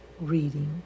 reading